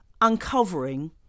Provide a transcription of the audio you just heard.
uncovering